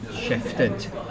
shifted